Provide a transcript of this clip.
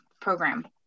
program